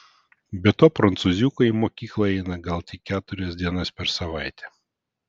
be to prancūziukai į mokyklą eina gal tik keturias dienas per savaitę